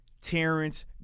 Terrence